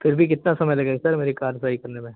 फिर भी कितने समय लगेगा सर मेरी कार सही करने में